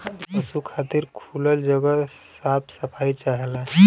पसु खातिर खुलल जगह साफ सफाई चाहला